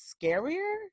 scarier